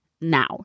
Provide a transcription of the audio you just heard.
now